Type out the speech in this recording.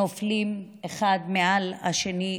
נופלים אחד מעל השני,